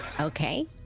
Okay